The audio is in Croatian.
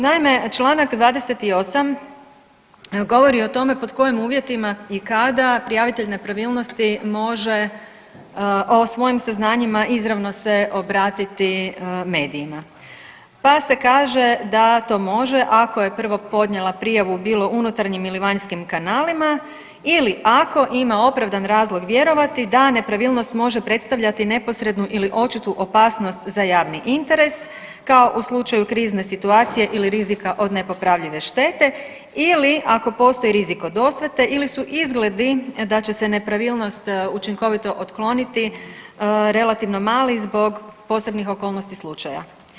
Naime, čl. 28 govori o tome pod kojim uvjetima i kada prijavitelj nepravilnosti može o svojim saznanjima izravno se obratiti medijima pa se kaže da to može ako je prvo podnijela prijavu bilo unutarnjim ili vanjskim kanalima ili ako ima opravdani razlog vjerovati da nepravilnost može predstavljati neposrednu ili očito opasnost za javni interes kao u slučaju krizne situacije ili rizika od nepopravljive štete ili ako postoji rizik od osvete ili su izgledi da će se nepravilnost učinkovito otkloniti relativno mali zbog posebnih okolnosti slučaja.